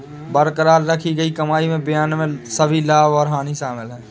बरकरार रखी गई कमाई में बयान में सभी लाभ और हानि शामिल हैं